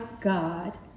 God